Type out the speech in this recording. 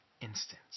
instance